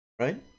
right